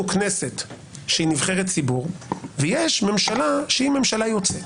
כנסת שהיא נבחרת ציבור ויש ממשלה שהיא ממשלה יוצאת.